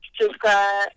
subscribe